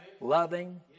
loving